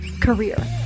career